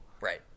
Right